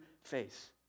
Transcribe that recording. face